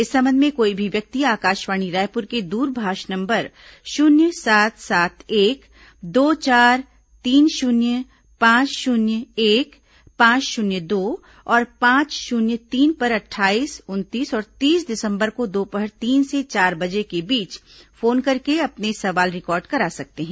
इस संबंध में कोई भी व्यक्ति आकाशवाणी रायपुर के दूरभाष नंबर शून्य सात सात एक दो चार तीन शून्य पांच शून्य एक पांच शून्य दो और पांच शून्य तीन पर अट्ठाईस उनतीस और तीस दिसंबर को दोपहर तीन से चार बजे के बीच फोन करके अपने सवाल रिकॉर्ड करा सकते हैं